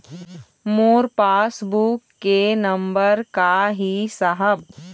मोर passbook के number का ही साहब?